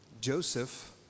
Joseph